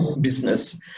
business